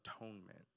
Atonement